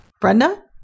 Brenda